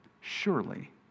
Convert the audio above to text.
Surely